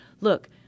look